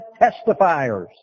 testifiers